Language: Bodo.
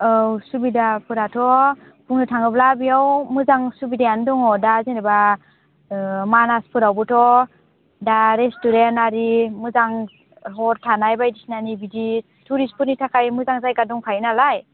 औ सुबिदाफोराथ' बुंनो थाङोब्ला बेयाव मोजां सुबिदायानो दङ दा जेनेबा ओ मानासफोरावबोथ' दा रेस्टुरेन्ट आरि मोजां हर थानाय बायदिसिना बिदि टुरिस्टफोरनि थाखाय मोजां जायगा दंखायो नालाय